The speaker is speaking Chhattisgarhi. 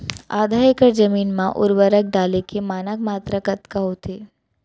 आधा एकड़ जमीन मा उर्वरक डाले के मानक मात्रा कतका होथे?